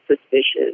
suspicious